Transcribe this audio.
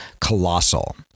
Colossal